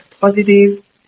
positive